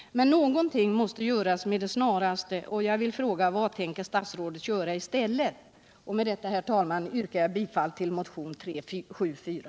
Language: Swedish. Någonting måste göras med det snaraste, och jag vill fråga: Vad tänker statsrådet göra i stället? Med detta, herr talman, yrkar jag bifall till motionen 374.